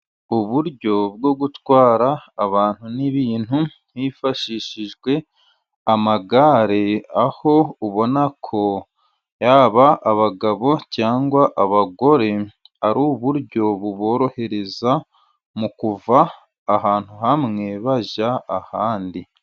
Uburyo bwo gutwara abantu n'ibintu hifashishijwe amagare, aho ubona ko yaba abagabo cyangwa abagore ar'uburyo buborohereza mu kuva ahantu hamwe bajya ahandi.